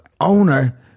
owner